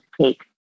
take